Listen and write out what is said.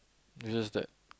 it's just that